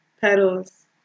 petals